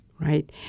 Right